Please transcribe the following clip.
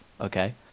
okay